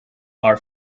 our